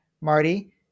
Marty